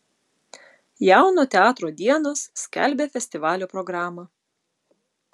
jauno teatro dienos skelbia festivalio programą